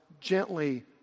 gently